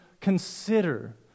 consider